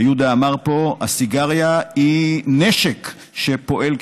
ויהודה אמר פה: הסיגריה היא נשק שפועל כנגדנו.